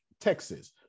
Texas